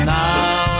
now